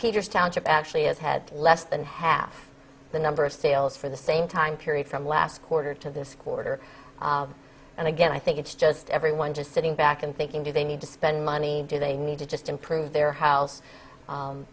peters township actually has had less than half the number of sales for the same time period from last quarter to this quarter and again i think it's just everyone just sitting back and thinking do they need to spend money do they need to just improve their house